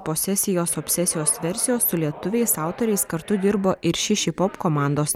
posesijos obsesijos versijos su lietuviais autoriais kartu dirbo ir šišipop komandos